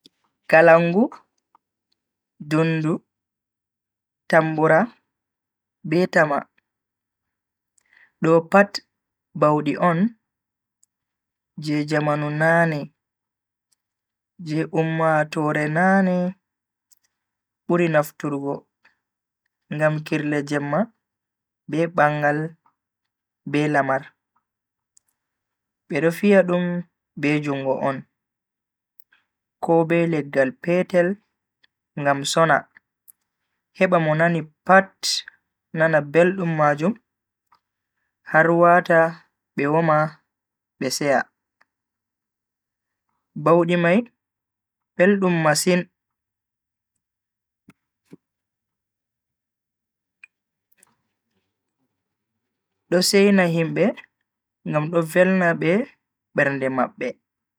Kalangu, dundu, Tambura be tama. Do pat baudi on je jamanu nane je ummatoore nane buri nafturgo ngam kirle jemma be bangal be lamar. Be do fiya dum be jungo on ko be leggal petel ngam sona heba mo nani pat nana beldum majum har wata be woma be seya. baudi mai beldum masin do seina himbe ngam do velna be bernde mabbe.